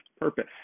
purpose